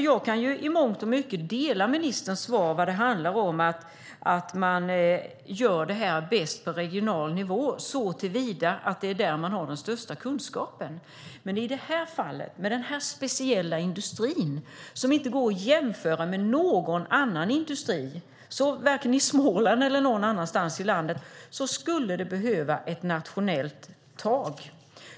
Jag kan i mångt och mycket dela ministerns svar när det gäller att man gör detta bäst på regional nivå, såtillvida att det är där man har den bästa kunskapen. Men i det här fallet, med den här speciella industrin som inte går att jämföra med någon annan industri vare sig i Småland eller någon annanstans i landet, skulle det behövas ett nationellt grepp.